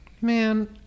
Man